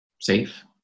safe